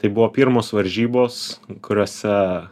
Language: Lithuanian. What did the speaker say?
tai buvo pirmos varžybos kuriose